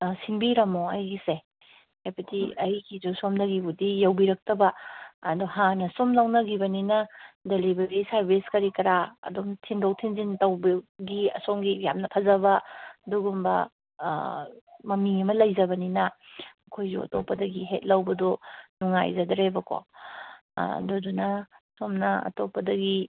ꯁꯤꯟꯕꯤꯔꯝꯃꯣ ꯑꯩꯒꯤꯁꯦ ꯍꯥꯏꯕꯗꯤ ꯑꯩꯒꯤꯗꯣ ꯁꯣꯝꯗꯒꯤꯕꯨꯗꯤ ꯌꯧꯕꯤꯔꯛꯇꯕ ꯑꯗꯣ ꯍꯥꯟꯅ ꯁꯨꯝ ꯂꯧꯅꯒꯤꯕꯅꯤꯅ ꯗꯦꯂꯤꯕꯔꯤ ꯁꯥꯔꯕꯤꯁ ꯀꯔꯤ ꯀꯔꯥ ꯑꯗꯨꯝ ꯊꯤꯟꯗꯣꯛ ꯊꯤꯟꯖꯤꯟ ꯇꯧꯕꯤꯕꯒꯤ ꯑꯁꯣꯝꯒꯤ ꯌꯥꯝꯅ ꯐꯖꯕ ꯑꯗꯨꯒꯨꯝꯕ ꯃꯃꯤ ꯑꯃ ꯂꯩꯖꯕꯅꯤꯅ ꯑꯩꯈꯣꯏꯁꯨ ꯑꯇꯣꯞꯄꯗꯒꯤ ꯍꯦꯛ ꯂꯧꯕꯗꯣ ꯅꯨꯡꯉꯥꯏꯖꯗ꯭ꯔꯦꯕꯀꯣ ꯑꯗꯨꯗꯨꯅ ꯁꯣꯝꯅ ꯑꯇꯣꯞꯄꯗꯒꯤ